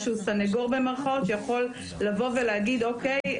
"סניגור" במירכאות שיכול לבוא ולהגיד אוקיי,